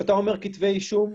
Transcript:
כשאתה אומר כתבי אישום,